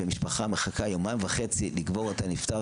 והמשפחה מחכה יומיים וחצי לקבור את הנפטר